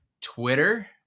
Twitter